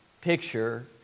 picture